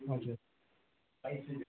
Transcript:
हजुर